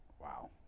Wow